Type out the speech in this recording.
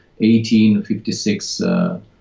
1856